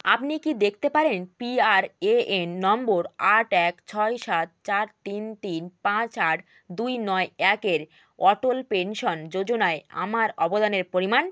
আপনি কি দেখতে পারেন P R A N number আট এক ছয় সাত চার তিন তিন পাঁচ আট দুই নয় একের অটল পেনশন যোজনায় আমার অবদানের পরিমাণ